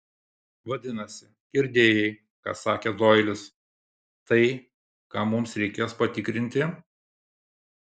vadinasi girdėjai ką sakė doilis tai ką mums reikės patikrinti